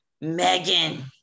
Megan